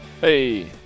Hey